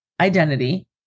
identity